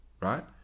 Right